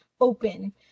open